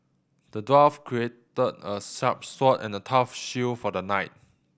the dwarf crafted a sharp sword and a tough shield for the knight